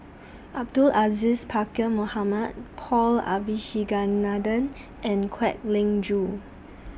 Abdul Aziz Pakkeer Mohamed Paul Abisheganaden and Kwek Leng Joo